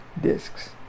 discs